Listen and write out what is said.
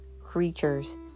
creatures